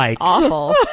awful